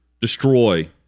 destroy